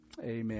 amen